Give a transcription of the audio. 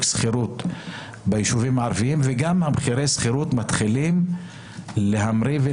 שכירות ומחירי השכירות מתחילים להמריא.